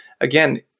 again